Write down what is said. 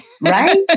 Right